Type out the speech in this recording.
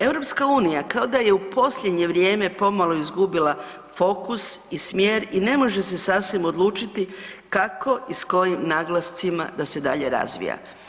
EU kao da je posljednje vrijeme pomalo izgubila fokus i smjer i ne može se sasvim odlučiti kako i s kojim naglascima da se dalje razvija.